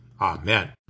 Amen